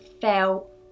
felt